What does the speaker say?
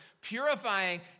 Purifying